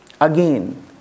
again